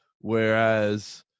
Whereas